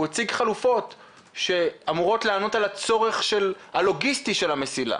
הוא הציג חלופות שאמורות לענות על הצורך הלוגיסטי של המסילה.